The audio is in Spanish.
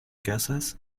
casas